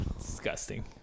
Disgusting